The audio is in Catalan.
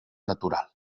natural